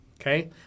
Okay